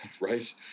right